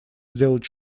сделать